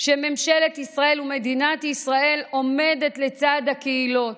שממשלת ישראל ומדינת ישראל עומדת לצד הקהילות,